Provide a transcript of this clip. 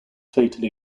fatally